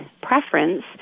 preference